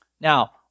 Now